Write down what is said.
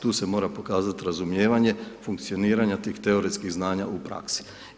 Tu se mora pokazati razumijevanje, funkcioniranje tih teorijskih znanja u praski.